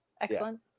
excellent